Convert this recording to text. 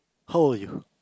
hold you